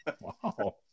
Wow